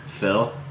Phil